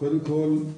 קודם כל,